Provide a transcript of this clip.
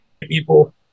people